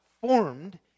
formed